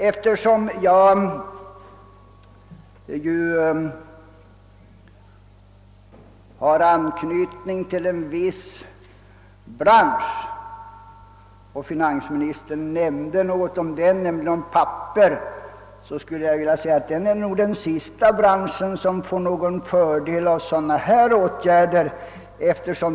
Eftersom jag har anknytning också till pappersbranschen vill jag passa på att säga att den nog är den sista bransch som får någon fördel av sådana åtgärder.